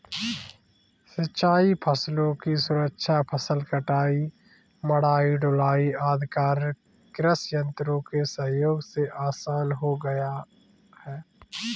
सिंचाई फसलों की सुरक्षा, फसल कटाई, मढ़ाई, ढुलाई आदि कार्य कृषि यन्त्रों के सहयोग से आसान हो गया है